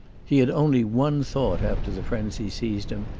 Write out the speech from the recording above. he had only one thought after the frenzy seized him,